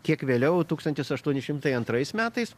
kiek vėliau tūkstantis aštuoni šimtai antrais metais